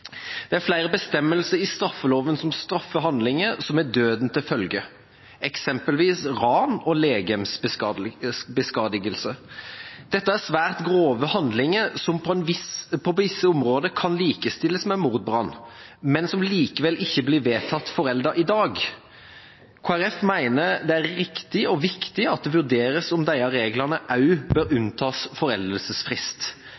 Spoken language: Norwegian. Det er flere bestemmelser i straffeloven som straffer handlinger som har døden til følge, eksempelvis ran og legemsbeskadigelse. Dette er svært grove handlinger som på visse områder kan likestilles med mordbrann, men slike saker blir likevel ikke vedtatt foreldet i dag. Kristelig Folkeparti mener det er riktig og viktig at det vurderes om disse reglene også bør unntas foreldelsesfrist.